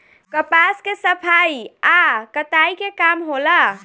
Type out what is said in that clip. कपास के सफाई आ कताई के काम होला